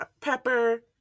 Pepper